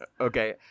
Okay